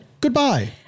goodbye